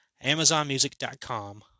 AmazonMusic.com